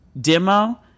demo